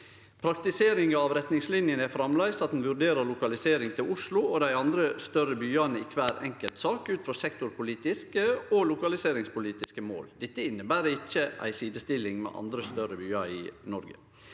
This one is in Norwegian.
Praktiseringa av retningslinjene er framleis at ein vurderer lokalisering til Oslo og dei andre større byane i kvar enkelt sak, ut frå sektorpolitiske og lokaliseringspolitiske mål. Dette inneber ikkje ei sidestilling med andre større byar i Noreg.